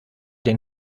den